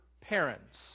parents